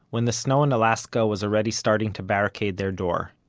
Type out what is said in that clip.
when the snow in alaska was already starting to barricade their door,